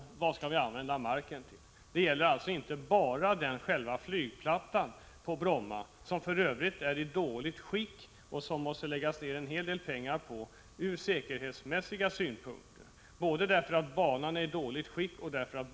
I detta sammanhang handlar det om vad marken skall användas till. Det är alltså inte enbart fråga om själva flygplattan på Bromma, vilken för övrigt är i dåligt skick och som man måste lägga ned en hel del pengar på ur säkerhetssynpunkt. Banan är nämligen feldoserad.